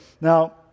now